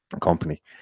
company